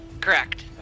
Correct